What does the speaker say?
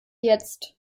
jetzt